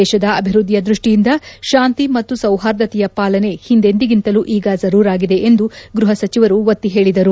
ದೇಶದ ಅಭಿವೃದ್ಲಿಯ ದೃಷ್ಲಿಯಿಂದ ಶಾಂತಿ ಮತ್ತು ಸೌಹಾರ್ದತೆಯ ಪಾಲನೆ ಹಿಂದೆಂದಿಗಿಂತಲೂ ಕಚಗ ಜರೂರಾಗಿದೆ ಎಂದು ಗ್ಲಪ ಸಚಿವರು ಒತ್ತಿ ಹೇಳಿದರು